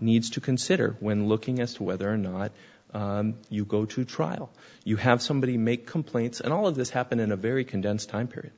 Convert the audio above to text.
needs to consider when looking as to whether or not you go to trial you have somebody make complaints and all of this happened in a very condensed time period